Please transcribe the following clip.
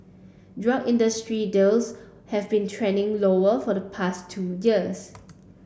drug industry deals have been trending lower for the past two years